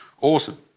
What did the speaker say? Awesome